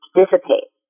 dissipate